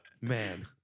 Man